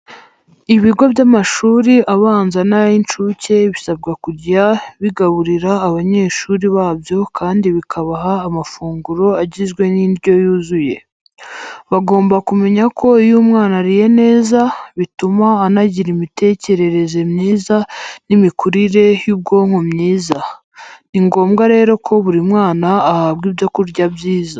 Ibigo by'amashuri abanza n'ay'incuke bisabwa kujya bigaburira abanyeshuri babyo kandi bikabaha amafunguro agizwe n'indyo yuzuye. Bagomba kumenya ko iyo umwana ariye neza, bituma anagira imitekerereze myiza n'imikurire y'ubwonko myiza. Ni ngombwa rero ko buri mwana ahabwa ibyo kurya byiza.